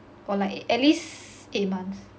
or like at least eight months